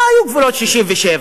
לא היו גבולות 67',